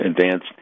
advanced